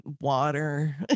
water